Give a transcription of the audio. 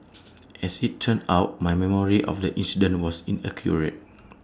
as IT turned out my memory of the incident was inaccurate